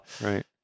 Right